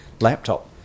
laptop